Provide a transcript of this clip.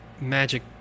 magic